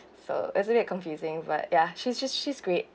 so isn't it confusing but ya she's just she's great